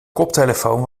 koptelefoon